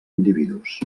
individus